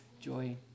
joy